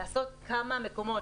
לעשות כמה מקומות,